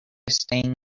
staying